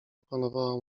opanowała